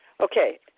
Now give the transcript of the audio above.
Okay